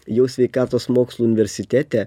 jau sveikatos mokslų universitete